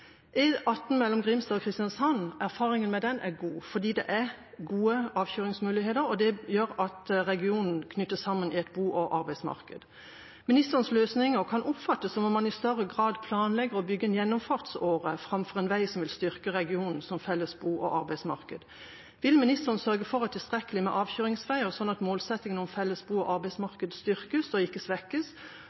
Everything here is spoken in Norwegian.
mellom Grimstad og Kristiansand er god. Der er det gode avkjøringsmuligheter, og det gjør at regionen knyttes sammen i et bo- og arbeidsmarked. Ministerens løsninger kan oppfattes som om han i større grad planlegger å bygge en gjennomfartsåre framfor en vei som vil styrke regionen som felles bo- og arbeidsmarked. Vil ministeren sørge for tilstrekkelig med avkjøringsveier, slik at målsettingen om felles bo- og arbeidsmarked styrkes og ikke svekkes,